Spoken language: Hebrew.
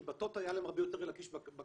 כי בטוטו היה להם הרבה יותר קל להגיש בקשות,